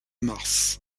mars